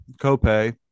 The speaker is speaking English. co-pay